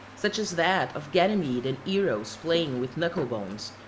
such as that of ganymede and eros playing with knucklebones,